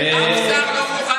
אף שר לא מוכן לשבת שם.